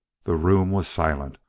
the room was silent.